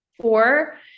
four